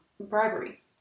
bribery